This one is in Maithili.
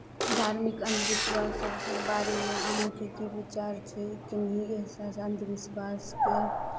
धार्मिक अन्धविश्वासके बारेमे अहाँके की विचार छै किन्ही अन्धविश्वासके